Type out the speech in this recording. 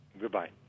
Goodbye